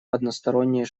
односторонние